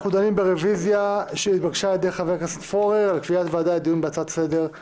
בקשת הממשלה להקדמת הדיון בהצעת חוק